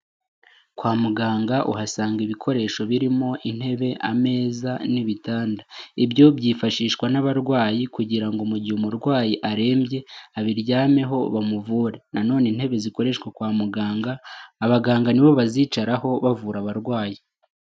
Kwa muganga uhasanga ibikoresho birimo intebe, ameza n'ibitanda. Ibyo byifashishwa n'abarwayi kugira ngo mu gihe umurwayi arembye abiryameho bamuvure. Nanone intebe zikoreshwa kwa muganga abaganga ni bo bazicaraho bavura abarwayi.